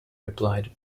replied